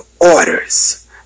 orders